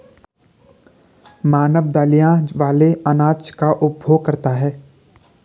मानव दलिया वाले अनाज का उपभोग करता है